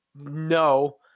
No